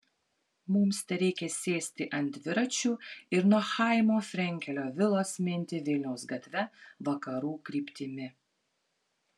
mums tereikia sėsti ant dviračių ir nuo chaimo frenkelio vilos minti vilniaus gatve vakarų kryptimi